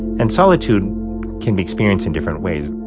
and solitude can be experienced in different ways.